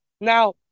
Now